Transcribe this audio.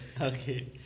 Okay